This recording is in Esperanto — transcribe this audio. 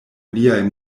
liaj